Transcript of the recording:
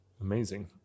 amazing